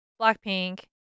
Blackpink